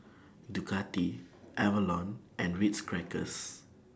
Ducati Avalon and Ritz Crackers